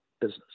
business